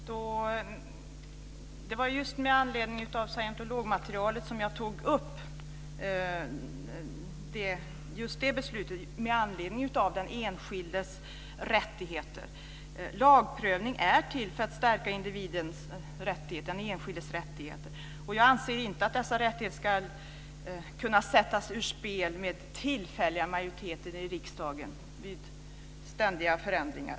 Herr talman! Det var med anledning av scientologmaterialet och den enskildes rättigheter som jag tog upp just det beslutet. Lagprövning är till för att stärka individens, den enskildes rättigheter. Jag anser inte att dessa rättigheter ska kunna sättas ur spel vid tillfälliga majoriteter i riksdagen, vid ständiga förändringar.